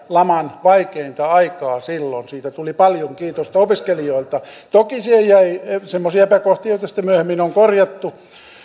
laman vaikeinta aikaa silloin siitä tuli paljon kiitosta opiskelijoilta toki siihen jäi semmoisia epäkohtia joita sitten myöhemmin on korjattu